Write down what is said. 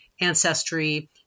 ancestry